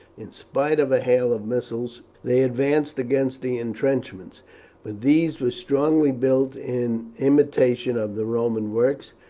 in spite of a hail of missiles they advanced against the intrenchments but these were strongly built in imitation of the roman works,